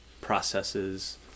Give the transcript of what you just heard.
processes